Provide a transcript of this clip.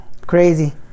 Crazy